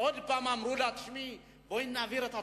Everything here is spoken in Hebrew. עוד פעם אמרו לה: תשמעי, בואי נעביר את התקציב,